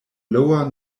lower